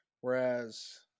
whereas